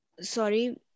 sorry